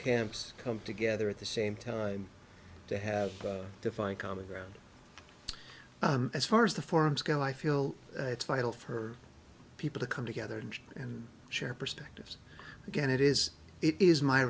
camps come together at the same time to have to find common ground as far as the forums go i feel it's vital for people to come together and share perspectives again it is it is my